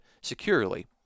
securely